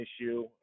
issue